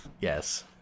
Yes